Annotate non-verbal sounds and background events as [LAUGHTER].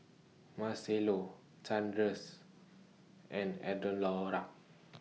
Marcello Sanders and [UNINTELLIGIBLE]